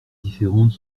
différentes